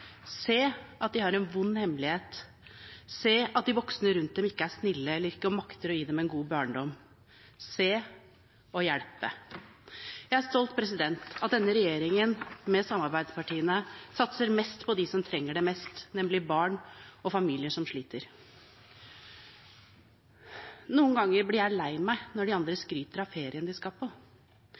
se at de har en vond hemmelighet, se at de voksne rundt dem ikke er snille eller ikke makter å gi dem en god barndom – se og hjelpe. Jeg er stolt av at denne regjeringen, sammen med samarbeidspartiene, satser mest på dem som trenger det mest, nemlig barn og familier som sliter. «Noen ganger blir jeg lei meg når de andre skryter av ferien de skal på.»